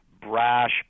brash